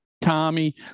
Tommy